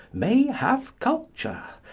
may have culture,